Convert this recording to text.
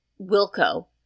Wilco